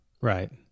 Right